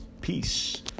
Peace